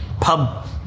pub